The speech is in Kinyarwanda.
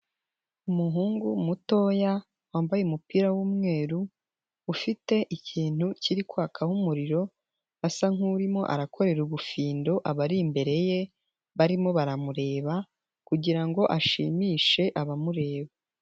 Umuhungu mutoya wambaye umupira w'umweru, ufite ikintu kiri kwaka umuriro, asa nk'urimo arakorera ubufindo abari imbere ye, barimo baramureba kugira ngo ashimishe abamureba.